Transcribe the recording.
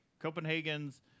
Copenhagen's